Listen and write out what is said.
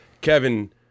kevin